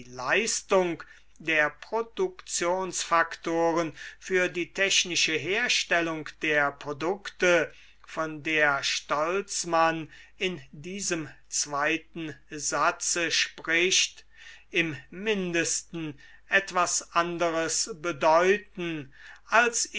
leistung der produktionsfaktoren für die technische herstellung der produkte von der stolzmann in diesem zweiten satze spricht im mindesten etwas anderes bedeuten als